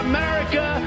America